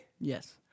Yes